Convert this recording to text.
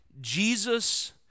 Jesus